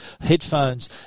headphones